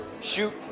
Shoot